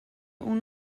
اون